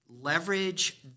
leverage